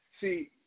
See